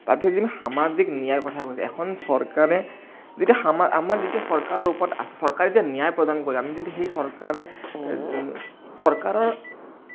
সামাজিক ন্যায়ৰ কথা কৈছে এখন চৰকাৰে যেতিয়া আমাৰ যেতিয়া চৰকাৰৰ ওপৰত চৰকাৰে যে ন্যায় প্ৰদান কৰে আমি যদি সেই চৰকাৰে চৰকাৰৰ